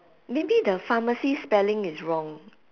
maybe the pharmacy spelling is wrong